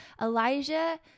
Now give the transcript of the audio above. Elijah